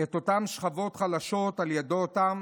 את אותן שכבות חלשות על ידי אותם